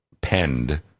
penned